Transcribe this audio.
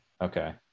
Okay